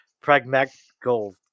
Pragmatical